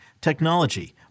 technology